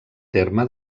terme